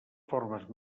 formes